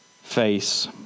face